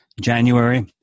January